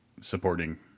supporting